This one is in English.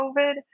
COVID